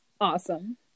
awesome